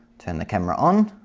turn the camera on